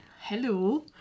Hello